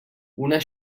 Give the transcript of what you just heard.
una